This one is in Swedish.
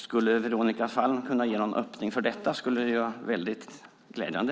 Skulle Veronica Palm kunna ge någon öppning för detta skulle det vara väldigt glädjande.